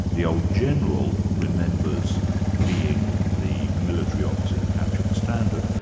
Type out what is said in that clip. the old general remembers being the military officer who captured the standard,